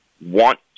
want